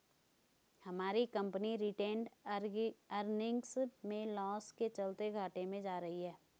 हमारी company retained earnings में loss के चलते घाटे में जा रही है